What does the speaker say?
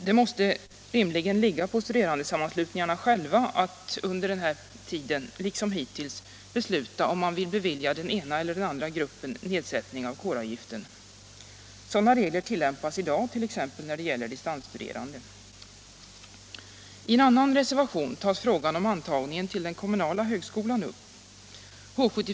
Det måste rimligen ankomma på studerandesammanslutningarna själva att under den här tiden liksom hittills besluta om man vill bevilja den ena eller den andra gruppen nedsättning av kåravgiften. Sådana regler tillämpas i dag, t.ex. när det gäller distansstuderande.